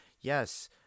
yes